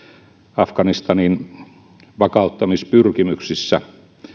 afganistanin vakauttamispyrkimyksissä